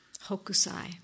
Hokusai